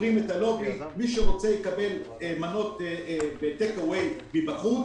סוגרים את הלובי ומי שרוצה יקבל מנות בטייק אווי מבחוץ.